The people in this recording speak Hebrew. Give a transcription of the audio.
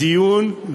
בדיון,